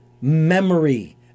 memory